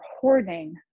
hoarding